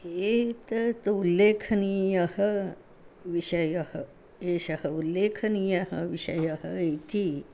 एषः उल्लेखनीयः विषयः एषः उल्लेखनीयः विषयः इति